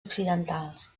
occidentals